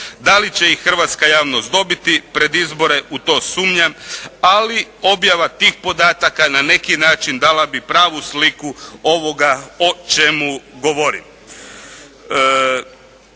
Da li će ih hrvatska javnost dobiti pred izbore? U to sumnjam. Ali objava tih podataka na neki način dala bi pravu sliku ovoga o čemu govorim.